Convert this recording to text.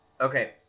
Okay